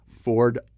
Ford